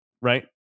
right